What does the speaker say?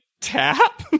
tap